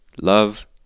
Love